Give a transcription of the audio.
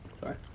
Sorry